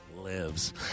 lives